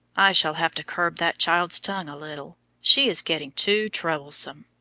shall have to curb that child's tongue a little. she is getting too troublesome.